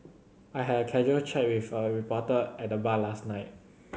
I had a casual chat with a reporter at the bar last night